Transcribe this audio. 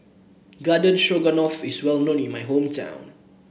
Garden Stroganoff is well known in my hometown